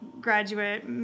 graduate